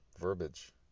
verbiage